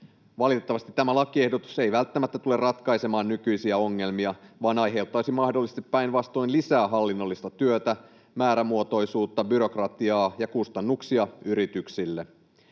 Valitettavasti tämä lakiehdotus ei välttämättä tule ratkaisemaan nykyisiä ongelmia vaan aiheuttaisi mahdollisesti päinvastoin lisää hallinnollista työtä, määrämuotoisuutta, byrokratiaa ja kustannuksia yrityksille.